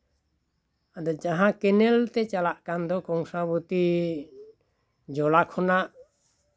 ᱟᱫᱚ ᱡᱟᱦᱟᱸ ᱠᱮᱱᱮᱞ ᱛᱮ ᱪᱟᱞᱟᱜ ᱠᱟᱱ ᱫᱚ ᱠᱚᱝᱥᱟᱵᱚᱛᱤ ᱡᱚᱞᱟ ᱠᱷᱚᱱᱟᱜ